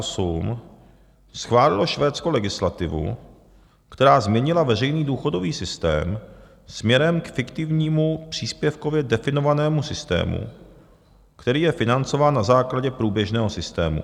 V roce 1998 schválilo Švédsko legislativu, která změnila veřejný důchodový systém směrem k fiktivnímu příspěvkově definovanému systému, který je financován na základě průběžného systému.